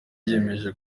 yiyemeje